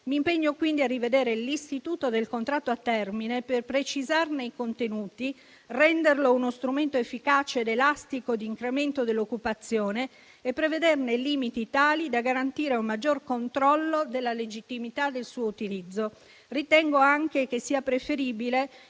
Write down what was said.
Mi impegno quindi a rivedere l'istituto del contratto a termine per precisarne i contenuti, renderlo uno strumento efficace ed elastico di incremento dell'occupazione e prevederne limiti tali da garantire un maggior controllo della legittimità del suo utilizzo. Ritengo anche che sia preferibile